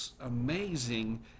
amazing